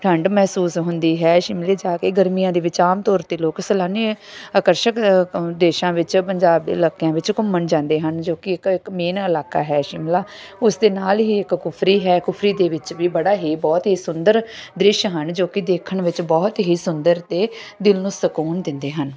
ਠੰਢ ਮਹਿਸੂਸ ਹੁੰਦੀ ਹੈ ਸ਼ਿਮਲੇ ਜਾ ਕੇ ਗਰਮੀਆਂ ਦੇ ਵਿੱਚ ਆਮ ਤੌਰ 'ਤੇ ਲੋਕ ਸੈਲਾਨੀ ਆਕਰਸ਼ਕ ਦੇਸ਼ਾਂ ਵਿੱਚ ਪੰਜਾਬ ਦੇ ਇਲਾਕਿਆਂ ਵਿੱਚ ਘੁੰਮਣ ਜਾਂਦੇ ਹਨ ਜੋ ਕਿ ਇੱਕ ਇੱਕ ਮੇਨ ਇਲਾਕਾ ਹੈ ਸ਼ਿਮਲਾ ਉਸ ਦੇ ਨਾਲ ਹੀ ਇੱਕ ਕੁਫਰੀ ਹੈ ਕੁਫਰੀ ਦੇ ਵਿੱਚ ਵੀ ਬੜਾ ਹੀ ਬਹੁਤ ਹੀ ਸੁੰਦਰ ਦ੍ਰਿਸ਼ ਹਨ ਜੋ ਕਿ ਦੇਖਣ ਵਿੱਚ ਬਹੁਤ ਹੀ ਸੁੰਦਰ ਅਤੇ ਦਿਲ ਨੂੰ ਸਕੂਨ ਦਿੰਦੇ ਹਨ